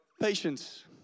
patience